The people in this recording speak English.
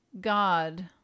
God